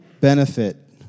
benefit